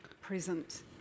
present